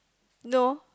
no